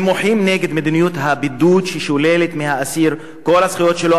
הם מוחים נגד מדיניות הבידוד ששוללת מהאסיר את כל הזכויות שלו,